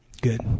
Good